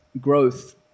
growth